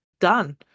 Done